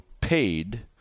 paid